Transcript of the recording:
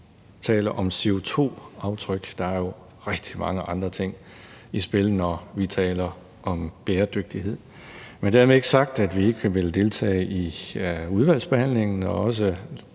kun taler om CO2-aftryk. Der er jo rigtig mange andre ting i spil, når vi taler om bæredygtighed. Men dermed ikke sagt, at vi ikke vil deltage i udvalgsbehandlingen,